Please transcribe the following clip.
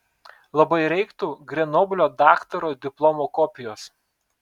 labai reiktų grenoblio daktaro diplomo kopijos